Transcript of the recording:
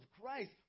Christ